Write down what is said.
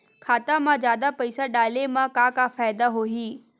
खाता मा जादा पईसा डाले मा का फ़ायदा होही?